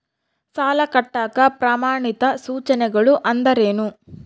ಸಾಲ ಕಟ್ಟಾಕ ಪ್ರಮಾಣಿತ ಸೂಚನೆಗಳು ಅಂದರೇನು?